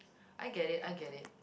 I get it I get it